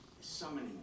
summoning